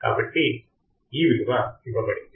కాబట్టి ఈ విలువ ఇవ్వబడింది